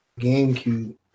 GameCube